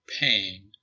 pain